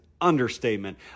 understatement